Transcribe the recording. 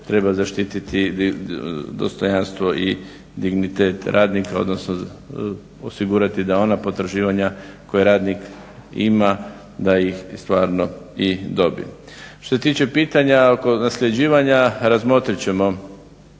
treba zaštititi dostojanstvo i dignitet radnika, odnosno osigurati da ona potraživanja koja radnik ima da ih stvarno i dobije. Što se tiče pitanja oko nasljeđivanja, razmotrit ćemo